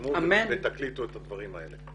תרשמו ותקליטו את הדברים האלה.